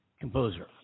composer